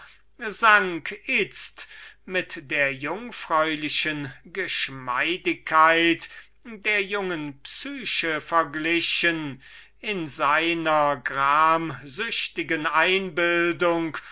sank itzt mit der jungfräulichen geschmeidigkeit der jungen psyche verglichen in seiner gramsüchtigen einbildung